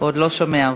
הוא עוד לא שומע אותי.